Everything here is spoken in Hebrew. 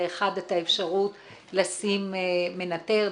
את האפשרות לשים מנתר,